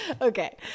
okay